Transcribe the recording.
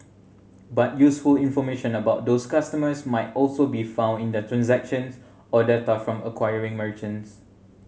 but useful information about those customers might also be found in their transactions or data from acquiring merchants